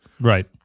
Right